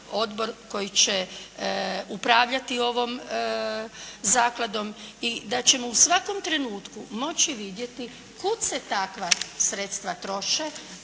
koji će upravljati ovom zakladom i da ćemo u svakom trenutku moći vidjeti kud se takva sredstva troše,